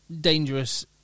dangerous